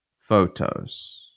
photos